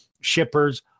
shippers